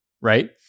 right